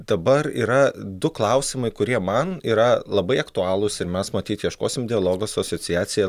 dabar yra du klausimai kurie man yra labai aktualūs ir mes matyt ieškosim dialogo su asociacija